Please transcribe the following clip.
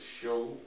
show